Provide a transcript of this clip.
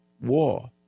war